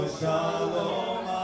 shalom